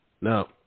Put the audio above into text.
Now